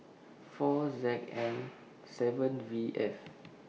four Z N seven V F